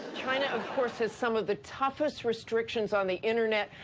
china, of course, has some of the toughest restrictions on the internet.